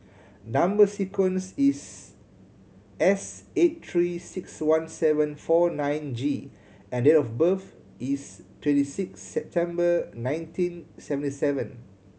number sequence is S eight Three Six One seven four nine G and date of birth is twenty six September nineteen seventy seven